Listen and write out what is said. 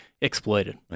exploited